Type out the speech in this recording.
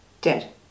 dead